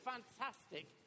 Fantastic